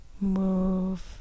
move